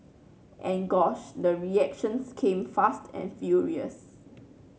and gosh the reactions came fast and furious